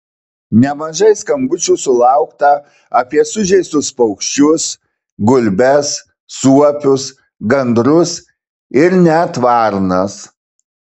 nemažai skambučių sulaukta apie sužeistus paukščius gulbes suopius gandrus ir net varnas